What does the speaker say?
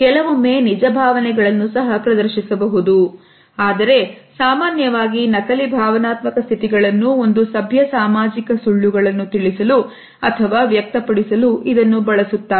ಕೆಲವೊಮ್ಮೆ ನಿಜ ಭಾವನೆಗಳನ್ನು ಸಹ ಪ್ರದರ್ಶಿಸಬಹುದು ಆದರೆ ಸಾಮಾನ್ಯವಾಗಿ ನಕಲಿ ಭಾವನಾತ್ಮಕ ಸ್ಥಿತಿಗಳನ್ನು ಒಂದು ಸಭ್ಯ ಸಾಮಾಜಿಕ ಸುಳ್ಳುಗಳನ್ನು ತಿಳಿಸಲು ಅಥವಾ ವ್ಯಕ್ತಪಡಿಸಲು ಇದನ್ನು ಬಳಸುತ್ತಾರೆ